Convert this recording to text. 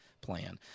plan